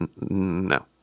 No